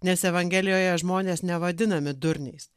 nes evangelijoje žmonės nevadinami durniais